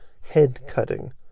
head-cutting